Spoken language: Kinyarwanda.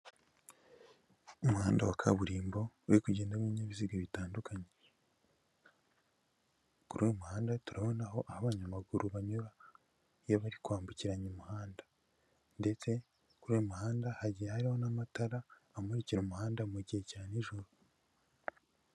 Umuhanda wa kaburimbo uri kugendamo ibinyabiziga bitandukanye, kuri uyu muhanda turabonaho aho abanyamaguru banyura iyo bari kwambukiranya umuhanda ndetse kuri uyu muhanda hagiye hariho n'amatara amurikira umuhanda mu gihe cya n'ijoro.